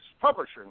Publishing